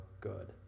good